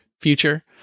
future